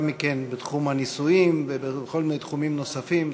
מכן בתחום הנישואים ובכל מיני תחומים נוספים.